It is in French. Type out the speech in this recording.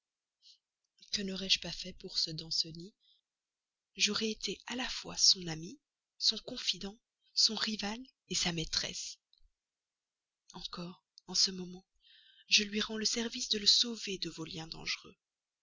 naurai je pas fait pour ce danceny j'aurai été à la fois son ami son confident son rival sa maîtresse encore en ce moment je lui rends le service de le sauver de vos liens dangereux